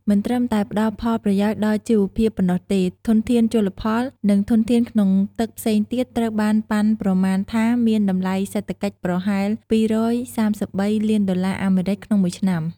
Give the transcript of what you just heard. មិនត្រឹមតែផ្ដល់ផលប្រយោជន៍ដល់ជីវភាពប៉ុណ្ណោះទេ ធនធានជលផល និងធនធានក្នុងទឹកផ្សេងទៀតត្រូវបានប៉ាន់ប្រមាណថាមានតម្លៃសេដ្ឋកិច្ចប្រហែល ២៣៣ លានដុល្លារអាមេរិកក្នុងមួយឆ្នាំ។